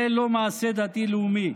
זה לא מעשה דתי-לאומי.